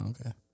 Okay